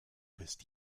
bist